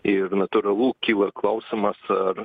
ir natūralu kyla klausimas ar